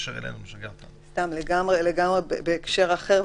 בהקשר לגמרי אחר,